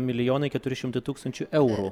milijonai keturi šimtai tūkstančių eurų